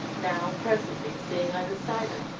now presently, seeing i was silent,